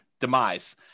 demise